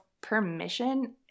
permission